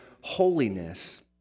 holiness